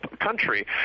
country